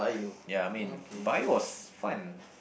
ya I mean Bio was fun